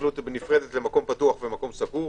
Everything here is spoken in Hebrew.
הסתכלות נפרדת למקום פתוח ומקום סגור,